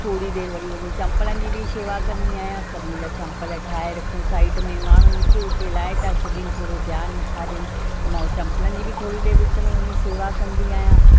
थोरी देरि वरी वञी चंपलनि जी बि सेवा कंदी आयां सभिनी जा चंपलनि ठाहे रखूं साइड में माण्हूं हिते हुते लाइ था छॾीनि थोरो ध्यानु नथा ॾियनि त मां चंपलनि जी बि थोरी देरि विच में वञी सेवा कंदी आहियां